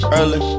early